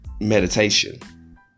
meditation